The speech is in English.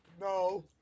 No